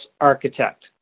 architect